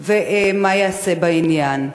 3. ומה ייעשה בעניין?